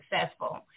successful